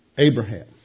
Abraham